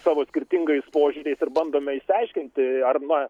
savo skirtingais požiūriais ir bandome išsiaiškinti ar na